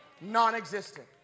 non-existent